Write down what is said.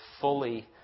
fully